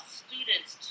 students